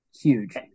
huge